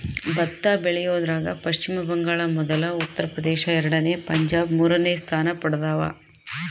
ಭತ್ತ ಬೆಳಿಯೋದ್ರಾಗ ಪಚ್ಚಿಮ ಬಂಗಾಳ ಮೊದಲ ಉತ್ತರ ಪ್ರದೇಶ ಎರಡನೇ ಪಂಜಾಬ್ ಮೂರನೇ ಸ್ಥಾನ ಪಡ್ದವ